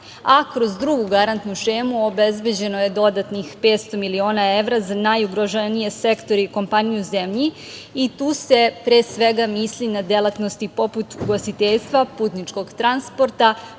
a kroz drugu garantnu šemu obezbeđeno je dodatnih 500 miliona evra za najugroženije sektore i kompaniju u zemlji i tu sve, pre svega, mislim na delatnosti poput ugostiteljstva, putničkog transporta,